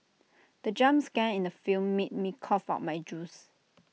the jump scare in the film made me cough out my juice